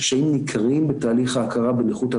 לקצר את תהליך ההכרה של לוחמים,